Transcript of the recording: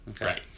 Right